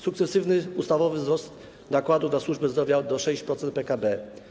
Sukcesywny, ustawowy wzrost nakładów na służbę zdrowia do 6% PKB.